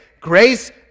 grace